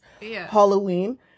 Halloween